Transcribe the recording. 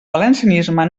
valencianisme